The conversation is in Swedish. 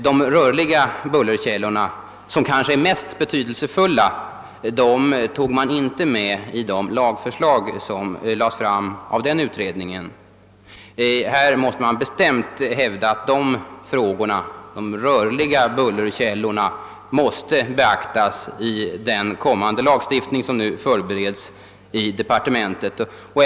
De rörliga bullerkällorna som kanske är de mest betydelsefulla berördes inte i det lagförslag som lades fram av utredningen. Vi måste bestämt hävda att de rörliga bullerkällorna måste beaktas i den kommande lagstiftning som nu förbereds i departementet.